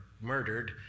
murdered